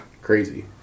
Crazy